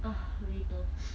ugh me too